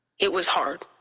it was hard.